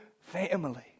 family